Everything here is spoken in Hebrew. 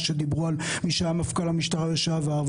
ומה שדיברו על מי שהיה מפכ"ל המשטרה לשעבר.